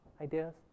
Ideas